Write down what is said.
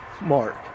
mark